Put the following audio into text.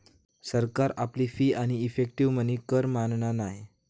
सरकार आपली फी आणि इफेक्टीव मनी कर मानना नाय